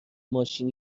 ماشین